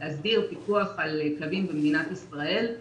להסדיר פיקוח על כלבים במדינת ישראל,